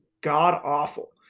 god-awful